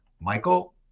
Michael